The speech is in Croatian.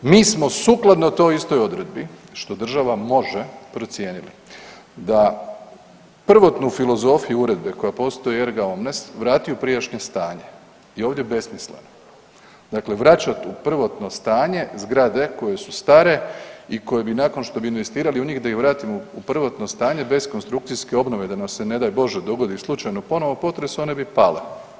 Mi smo sukladno toj istoj odredbi što država može procijeniti da prvotnu filozofiju uredbe koja postoji … [[Govornik se ne razumije]] vrati u prijašnje stanje je ovdje besmisleno, dakle vraćat u prvotno stanje zgrade koje su stare i koje bi nakon što bi investirali u njih da ih vratimo u prvotno stanje bez konstrukcijske obnove da nam se ne daj Bože dogodi slučajno ponovno potres one bi pale.